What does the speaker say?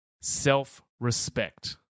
self-respect